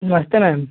नमस्ते मैडम